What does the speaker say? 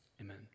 Amen